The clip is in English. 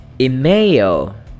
email